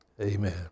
Amen